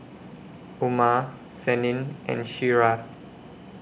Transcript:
Umar Senin and Syirah